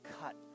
cut